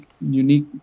unique